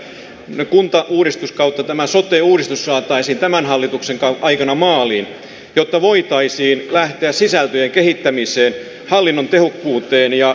toivonkin että tämä kuntauudistus ja sote uudistus saataisiin tämän hallituksen aikana maaliin jotta voitaisiin lähteä sisältöjen kehittämiseen hallinnon tehokkuuden parantamiseen